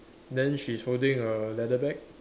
then she's holding a leather bag